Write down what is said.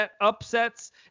upsets